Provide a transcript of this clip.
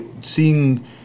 seeing